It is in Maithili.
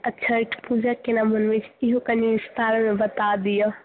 आ छठि पूजा केना मनबैत छी इहो कनी विस्तारमे बता दिअ